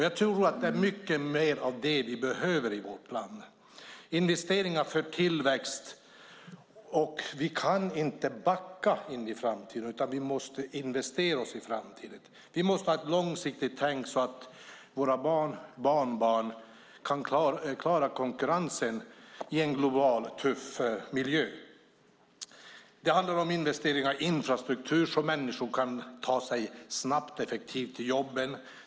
Jag tror att det vi behöver mer av i vårt land är investeringar för tillväxt. Vi kan inte backa in i framtiden. Vi måste investera oss in i framtiden. Vi måste ha ett långsiktigt tänkande så att våra barn och barnbarn kan klara konkurrensen i en global tuff miljö. Det handlar om investeringar i infrastruktur så att människor kan ta sig till sina jobb snabbt och effektivt.